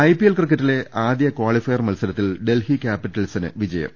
IPL ക്രിക്കറ്റിലെ ആദ്യ qualifier മത്സരത്തിൽ ഡൽഹി ക്യാപിറ്റൽസിന് വിജയം